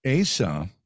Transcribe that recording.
Asa